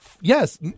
Yes